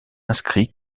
inscrit